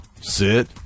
Sit